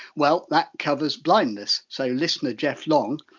well, that covers blindness, so listener geoff long,